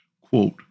Quote